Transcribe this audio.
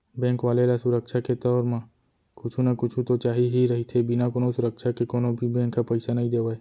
bank वाले ल सुरक्छा के तौर म कुछु न कुछु तो चाही ही रहिथे, बिना कोनो सुरक्छा के कोनो भी बेंक ह पइसा नइ देवय